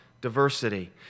diversity